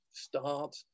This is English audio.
Start